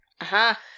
Aha